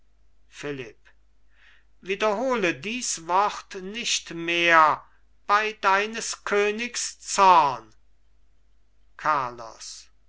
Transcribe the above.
philipp wiederhole dies wort nicht mehr bei deines königs zorn carlos